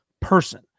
person